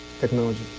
technology